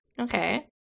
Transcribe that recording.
Okay